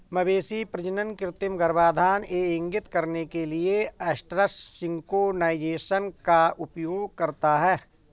मवेशी प्रजनन कृत्रिम गर्भाधान यह इंगित करने के लिए एस्ट्रस सिंक्रोनाइज़ेशन का उपयोग करता है